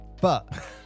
But-